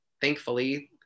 thankfully